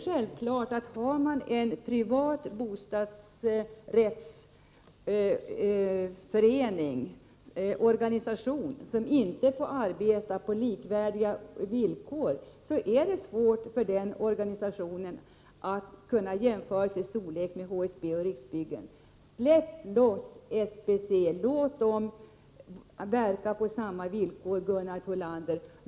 Om en privat bostadsrättsföreningsorganisation inte får arbeta på villkor som är likvärdiga med de villkor som gäller för HSB och Riksbyggen, är det självfallet svårt för den organisationen att kunna jämföra sig i storlek med HSB och Riksbyggen. Släpp loss SBC! Låt SBC verka på samma villkor som HSB och Riksbyggen, Gunnar Thollander!